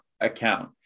account